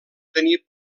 tenir